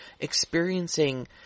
experiencing